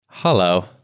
Hello